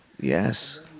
Yes